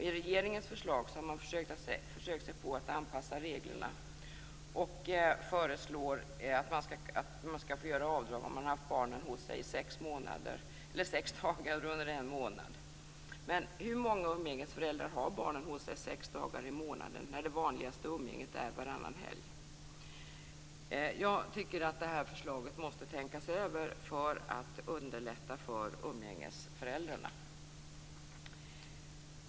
I regeringens förslag har man försökt sig på att anpassa reglerna, och föreslår att om umgängesföräldern haft barnen hos sig sex dagar under en månad får man avdrag för umgänget. Hur många umgängesföräldrar har barnen hos sig sex dagar i månaden, när det vanligaste umgänget är varannan helg? Jag tycker att förslaget måste tänkas över för att underlätta för umgängesföräldrarna.